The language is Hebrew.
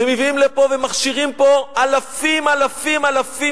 לכך, באות לפה בחורות צעירות, מנפאל, מהפיליפינים,